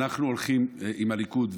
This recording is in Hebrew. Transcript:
אנחנו הולכים עם הליכוד,